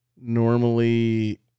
normally